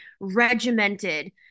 regimented